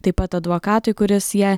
taip pat advokatui kuris ją